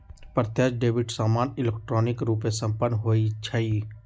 प्रत्यक्ष डेबिट सामान्य इलेक्ट्रॉनिक रूपे संपन्न होइ छइ